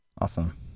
awesome